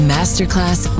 Masterclass